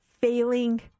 failing